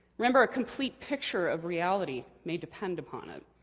remember a complete picture of reality may depend upon it.